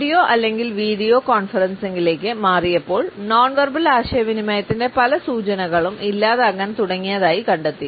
audio അല്ലെങ്കിൽ video കോൺഫറൻസിംഗിലേക്ക് മാറിയപ്പോൾ നോൺ വെർബൽ ആശയവിനിമയത്തിന്റെ പല സൂചനകളും ഇല്ലാതാകാൻ തുടങ്ങിയതായി കണ്ടെത്തി